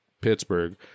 Pittsburgh